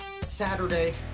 saturday